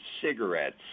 cigarettes